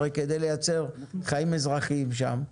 הרי על מנת לייצר חיים אזרחיים שם,